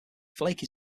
flake